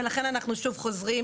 ולכן אנחנו שוב חוזרים